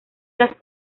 las